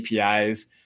apis